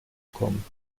kommen